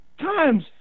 times